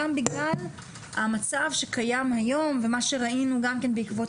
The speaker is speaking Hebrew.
גם בגלל המצב שקיים היום ומה שראינו גם כן בעקבות